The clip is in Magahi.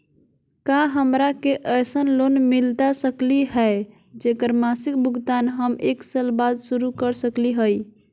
का हमरा के ऐसन लोन मिलता सकली है, जेकर मासिक भुगतान हम एक साल बाद शुरू कर सकली हई?